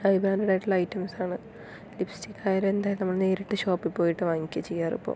high branded ആയിട്ടുള്ള ഐറ്റംസാണ് ലിപ്സ്റ്റിക്കായലും എന്തായാലും നമ്മൾ നേരിട്ട് ഷോപ്പിൽ പോയിട്ട് വാങ്ങിക്കുകയാ ചെയ്യാറ് ഇപ്പോൾ